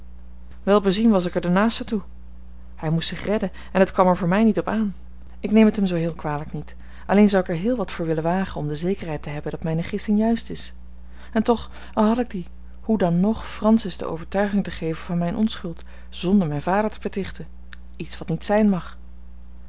wel bezien was ik er de naaste toe hij moest zich redden en het kwam er voor mij niet op aan ik neem het hem zoo heel kwalijk niet alleen zou ik er heel wat voor willen wagen om de zekerheid te hebben dat mijne gissing juist is en toch al had ik die hoe dan ng francis de overtuiging te geven van mijne onschuld zonder mijn vader te betichten iets wat niet zijn mag